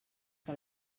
que